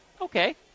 Okay